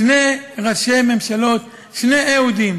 שני ראשי ממשלות, שני אהודים,